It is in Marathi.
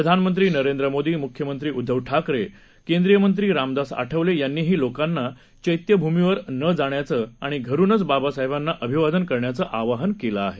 प्रधानमंत्री नरेंद्र मोदी मुख्यमंत्री उद्धव ठाकरे केंद्रीय मंत्री रामदास आठवले यांनीही लोकांना चैत्यभूमीवर न जाण्याचं आणि घरुनचं बाबासाहेबांना अभिवादन करण्याचं आवाहन केलं आहे